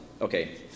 okay